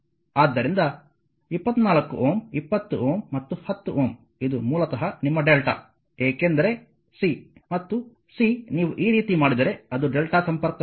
ಆದ್ದರಿಂದ 24Ω 20Ω ಮತ್ತು 10Ω ಇದು ಮೂಲತಃ ನಿಮ್ಮ Δ ಏಕೆಂದರೆ c ಮತ್ತು c ನೀವು ಈ ರೀತಿ ಮಾಡಿದರೆ ಅದು Δ ಸಂಪರ್ಕವಾಗಿದೆ